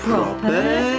Proper